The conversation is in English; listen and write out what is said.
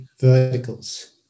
verticals